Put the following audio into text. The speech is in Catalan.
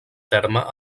terme